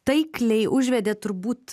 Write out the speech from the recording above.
taikliai užvedėt turbūt